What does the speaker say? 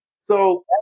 So-